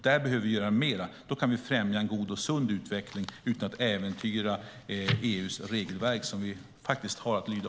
Där behöver vi göra mer. Då kan vi främja en god och sund utveckling utan att äventyra EU:s regelverk, som vi har att lyda.